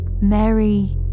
Mary